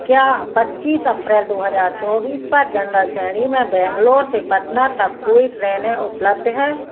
क्या पच्चीस अप्रैल दो हज़ार चौबीस पर जनरल श्रेणी में बैंगलोर से पटना तक कोई ट्रेनें उपलब्ध हैं